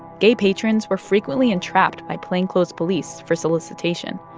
gay patrons were frequently entrapped by plainclothes police for solicitation.